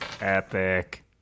Epic